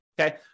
okay